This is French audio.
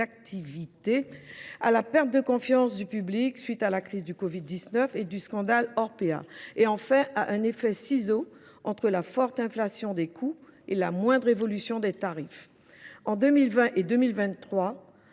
d’activité, à la perte de confiance du public, à la suite de la crise du covid 19 et du scandale Orpea, ainsi qu’à un « effet ciseaux », entre la forte inflation des coûts et la moindre évolution des tarifs. Entre 2020 et 2023,